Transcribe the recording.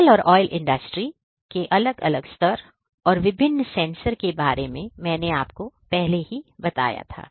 chemical और oil industry के अलग अलग स्तर और विभिन्न सेंसर के बारे में मैंने आपको पहले ही बता दिया हैं